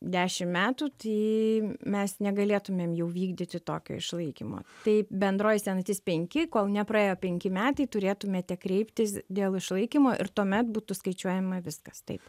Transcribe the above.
dešim metų tai mes negalėtumėm jau vykdyti tokio išlaikymo tai bendroji senatis penki kol nepraėjo penki metai turėtumėte kreiptis dėl išlaikymo ir tuomet būtų skaičiuojama viskas taip